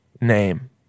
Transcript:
name